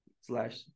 slash